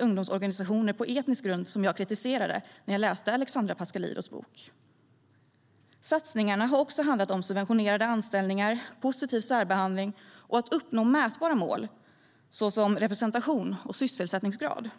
ungdomsorganisationer baserade på etnisk grund som jag kritiserade efter att ha läst Alexandra Pascalidous bok. Satsningarna har också handlat om subventionerade anställningar, positiv särbehandling och att uppnå mätbara mål såsom representation och sysselsättningsgrad.